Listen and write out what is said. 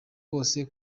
bose